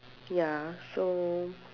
ya so